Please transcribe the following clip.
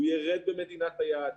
הוא ירד במדינת היעד,